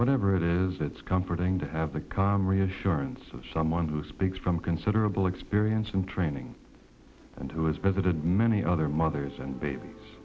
whatever it is it's comforting to have the calm reassurance of someone who speaks from considerable experience and training and who is president many other mothers and babies